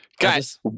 guys